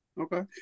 Okay